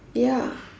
ya